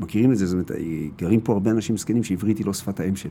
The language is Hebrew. מכירים את זה. זאת אומרת, גרים פה הרבה אנשים זקנים שעברית היא לא שפת האם שלהם.